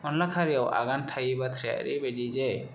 अनला खारिआव आगान थायै बाथ्राया ओरैबायदि जे